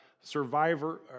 survivor